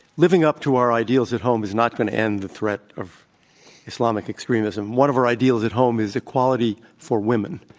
living up to our ideals at home is not going to end the threat of islamic extremism. one of our ideals at home is equality for women,